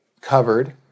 covered